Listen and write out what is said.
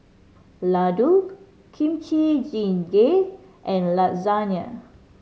Ladoo Kimchi Jjigae and Lasagne